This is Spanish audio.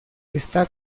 está